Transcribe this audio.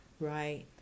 Right